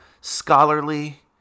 scholarly